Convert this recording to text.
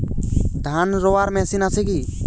ধান রোয়ার মেশিন আছে কি?